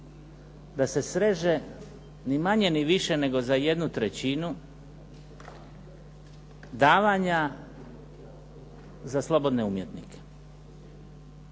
da se sreže ni manje ni više nego za jednu trećinu davanja za slobodne umjetnike.